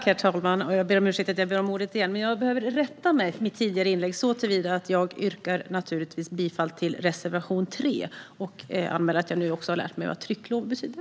Herr talman! Jag behöver rätta mitt tidigare inlägg. Jag yrkar naturligtvis bifall till reservation 3. Jag anmäler att jag nu också har lärt mig vad trycklov betyder.